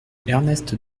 ernest